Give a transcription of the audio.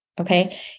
okay